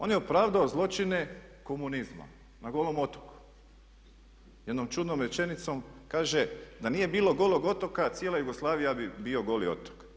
On je opravdao zločine komunizma na Golom otoku jednom čudnom rečenicom, kaže, da nije bilo Golog otoka cijela Jugoslavija bi bio Goli otok.